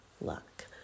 luck